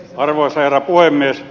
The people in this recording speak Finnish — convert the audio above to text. arvoisa herra puhemies